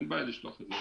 אין בעיה לשלוח את זה.